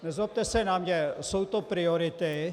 Nezlobte se na mě, jsou to priority.